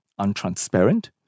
untransparent